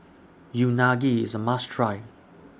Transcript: Unagi IS A must Try